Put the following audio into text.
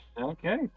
Okay